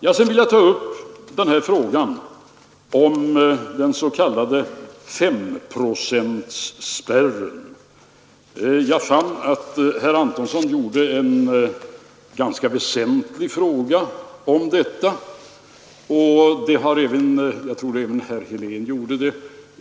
Sedan vill jag ta upp frågan om den s.k. S-procentsspärren. Herr Antonsson ställde där en ganska väsentlig fråga, och det tror jag att även 97 herr Helén gjorde.